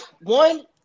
one